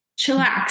chillax